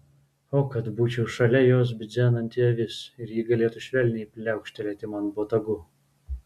o kad būčiau šalia jos bidzenanti avis ir ji galėtų švelniai pliaukštelėti man botagu